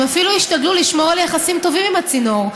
הם אפילו השתדלו לשמור על יחסים טובים עם הצינור,